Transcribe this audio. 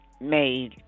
made